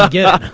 um yeah i'm